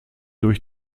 durch